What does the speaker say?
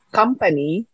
company